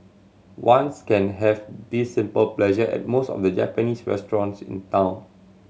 ones can have this simple pleasure at most of the Japanese restaurants in town